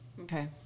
Okay